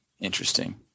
Interesting